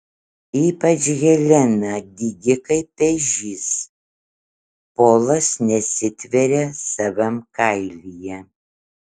ypač helena dygi kaip ežys polas nesitveria savam kailyje